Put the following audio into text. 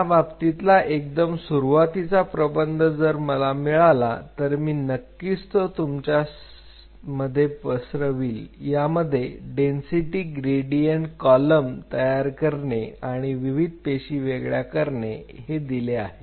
याबाबतीतला एकदम सुरुवातीचा प्रबंध जर मला मिळाला तर मी नक्कीच तो तुमच्यामध्ये पसरविली यामध्ये डेन्सिटी ग्रेडियंट कॉलम तयार करणे आणि आणि विविध पेशी वेगळ्या करणे हे दिले आहे